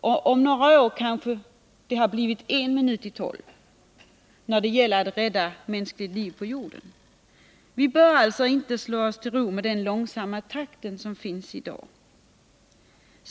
Om några år är klockan kanske en minut i tolv när det gäller att rädda mänskligt liv på jorden. Vi bör alltså inte slå oss till ro med dagens långsamma takt.